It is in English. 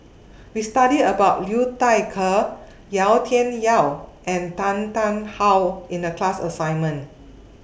We studied about Liu Thai Ker Yau Tian Yau and Tan Tarn How in The class assignment